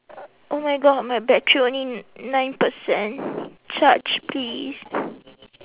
oh my god my battery only nine percent charge please